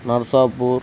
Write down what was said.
Narsapur